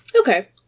Okay